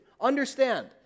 Understand